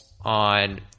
on